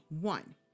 one